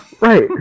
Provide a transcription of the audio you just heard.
Right